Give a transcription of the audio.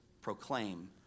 proclaim